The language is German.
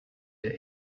der